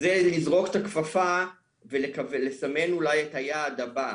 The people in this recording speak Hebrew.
זה לזרוק את הכפפה ולסמן אולי את היעד הבא.